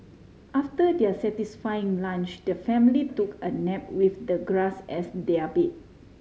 after their satisfying lunch the family took a nap with the grass as their bed